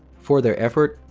for their effort,